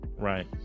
Right